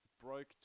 broke